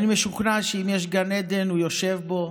אני משוכנע שאם יש גן עדן, הוא יושב בו